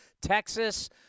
Texas